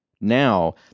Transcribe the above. now